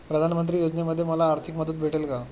प्रधानमंत्री योजनेमध्ये मला आर्थिक मदत भेटेल का?